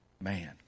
man